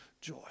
joy